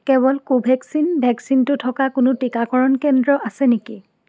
কেৱল কোভেক্সিন ভেকচিনটো থকা কোনো টীকাকৰণ কেন্দ্ৰ আছে নেকি